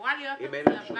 אמורה להיות הצלבה.